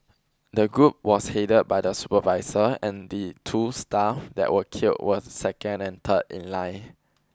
the group was headed by the supervisor and the two staff that were killed was second and third in line